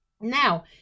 now